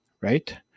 right